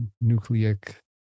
nucleic